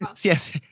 Yes